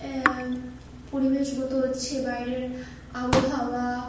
পরিবেশগত হচ্ছে বাইরের আবহাওয়া